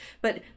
but-